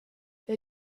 they